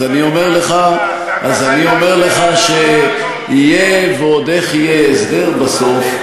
אז אני אומר לך שיהיה, ועוד איך יהיה הסדר בסוף.